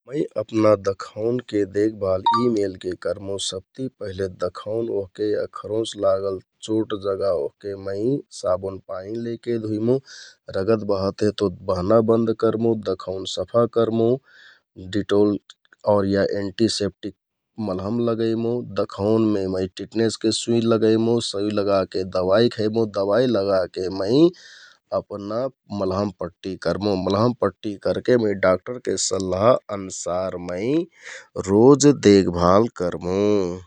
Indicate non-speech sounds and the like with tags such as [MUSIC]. मै अपना दखौनके देखभाल [NOISE] यि मेरके करमुँ । सबति पहिके दखौन ओहके या खरौंच लागल चोट जगा ओहके मै साबुन पानि लैके धुइमुँ । रगत बहत हे तो बहना बन्द करमुँ, दखौन सफा करमुँ, डिटोल या एन्टिसेफ्टिक मलहम लगैमुँ । दखौनमे मै टिटनिशके सुइ लगैमुँ, सुइ लगाके दबाइ खैबु, दबाइ लगाके मै अपना मलहम पट्टि करमुँ । मलहम पट्टि करके मै डाक्टरके सल्लाह अनसार मै रोजदेखभाल करमुँ ।